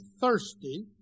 thirsty